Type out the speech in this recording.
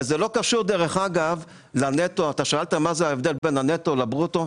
אתה שאלת מהו ההבדל בין הנטו לברוטו.